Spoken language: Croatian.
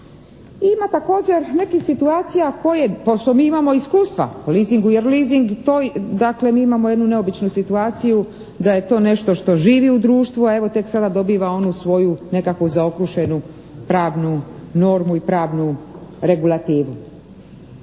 ima također nekih situacija koje, pošto mi imamo iskustva u leasingu jer leasing, dakle mi imamo jednu neobičnu situaciju da je to nešto što živi u društvu, a evo tek sada dobiva onu svoju nekako zaokruženu pravnu normu i pravnu regulativu.